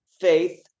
faith